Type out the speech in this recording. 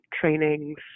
trainings